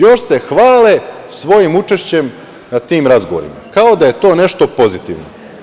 Još se hvale svojim učešćem na tim razgovorima, kao da je to nešto pozitivno.